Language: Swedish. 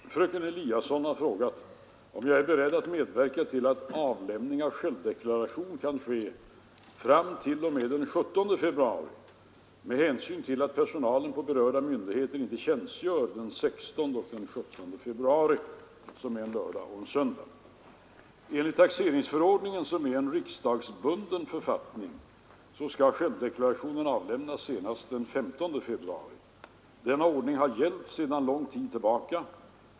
Herr talman! Fröken Eliasson har frågat mig om jag är beredd medverka till att avlämning av självdeklaration kan ske fram t.o.m. den 17 februari med hänsyn till att personalen på berörda myndigheter inte tjänstgör den 16 och 17 februari . Enligt taxeringsförordningen, som är en riksdagsbunden författning, skall självdeklaration avlämnas senast den 15 februari. Denna ordning har gällt sedan lång tid tillbaka.